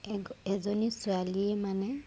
এক এজনী ছোৱালী মানে